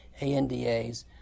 ANDAs